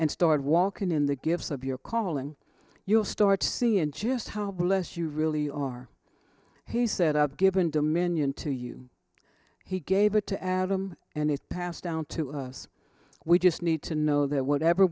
and start walking in the gifts of your calling you will start to see in just how bless you really are he set up given dominion to you he gave it to adam and it passed down to us we just need to know that whatever